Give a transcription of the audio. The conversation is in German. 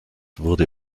wurde